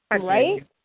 Right